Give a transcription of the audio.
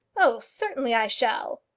oh, certainly i shall.